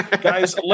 Guys